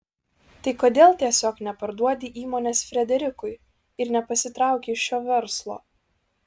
tai kodėl tiesiog neparduodi įmonės frederikui ir nepasitrauki iš šio verslo